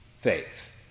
faith